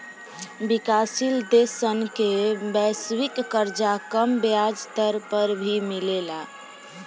विकाशसील देश सन के वैश्विक कर्जा कम ब्याज दर पर भी मिलेला